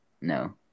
No